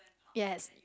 yes